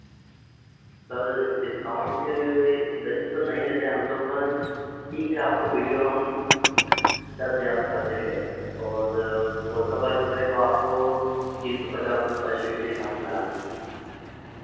sir discount वैसे तो नहीं देते हैं हम लोग पर ठीक है आपको विडियो हम दस हज़ार में कर देंगे और फ़ोटो का जो है वो आपको तीन सौ पचास रुपये पर शीट के हिसाब से लगा लेंगे हम